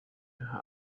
her